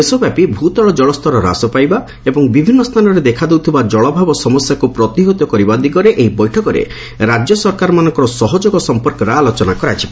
ଦେଶବ୍ୟାପୀ ଭୂତଳ ଜଳସ୍ତର ହ୍ରାସ ପାଇବା ଏବଂ ବିଭିନ୍ନ ସ୍ଥାନରେ ଦେଖାଦେଉଥିବା ଜଳାଭାବ ସମସ୍ୟାକୁ ପ୍ରତିହତ କରିବା ଦିଗରେ ଏହି ବୈଠକରେ ରାଜ୍ୟ ସରକାରମାନଙ୍କର ସହଯୋଗ ସମ୍ପର୍କରେ ଆଲୋଚନା କରାଯିବ